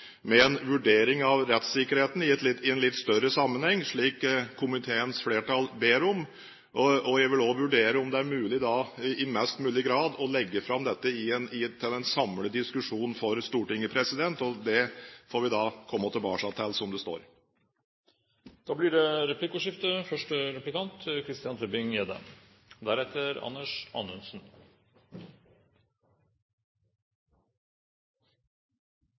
med en vurdering av rettssikkerheten i en litt større sammenheng, slik komiteens flertall ber om. Jeg vil også vurdere om det er mulig å legge fram dette slik at vi i størst mulig grad får en samlet diskusjon i Stortinget. Det får vi komme tilbake til, som det står. Det blir replikkordskifte. En samlet utredning, sier finansministeren. Mange aksepterer selvangivelsen i dag, slik de får den oversendt elektronisk. De ser ikke engang på selvangivelsen. Da